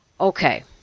Okay